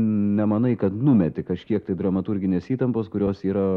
nemanai kad numeti kažkiek tai dramaturginės įtampos kurios yra